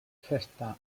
festa